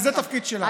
וזה התפקיד שלך.